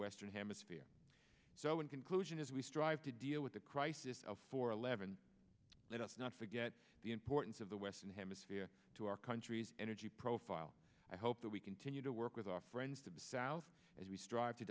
western hemisphere so in conclusion as we strive to deal with the crisis of four eleven let us not forget the importance of the western hemisphere to our country's energy profile i hope that we continue to work with our friends to the south as we strive to